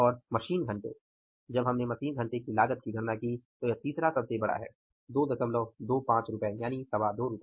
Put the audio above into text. और मशीन घंटे जब हमने प्रति मशीन घंटे की लागत की गणना की तो यह तीसरा सबसे बड़ा है 2250 रु